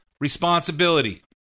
responsibility